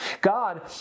God